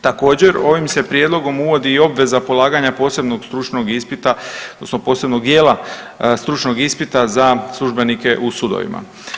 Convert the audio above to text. Također ovim se prijedlogom uvodi i obveza polaganja posebnog stručnog ispita odnosno posebnog dijela stručnog ispita za službenike u sudovima.